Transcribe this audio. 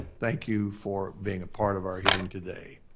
thank you for being a part of our hearing today.